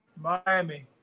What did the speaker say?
Miami